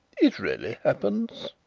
it rarely happens.